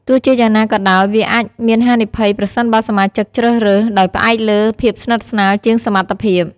ទោះជាយ៉ាងណាក៏ដោយ វាអាចមានហានិភ័យប្រសិនបើសមាជិកជ្រើសរើសដោយផ្អែកលើភាពស្និទ្ធស្នាលជាងសមត្ថភាព។